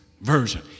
version